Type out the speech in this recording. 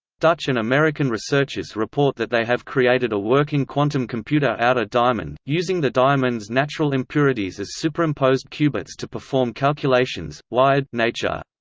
dutch and american researchers report that they have created a working quantum computer out of diamond, using the diamond's natural impurities as superimposed qubits to perform calculations. nature